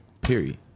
period